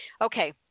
Okay